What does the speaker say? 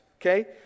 okay